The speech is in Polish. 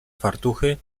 fartuchy